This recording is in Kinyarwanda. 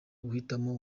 guhitamo